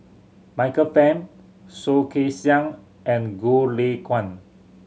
Michael Fam Soh Kay Siang and Goh Lay Kuan